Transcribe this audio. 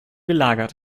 gelagert